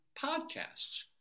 podcasts